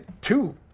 two